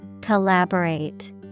Collaborate